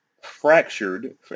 fractured